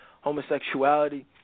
homosexuality